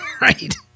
Right